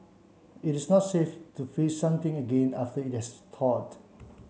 it is not safe to freeze something again after it has thawed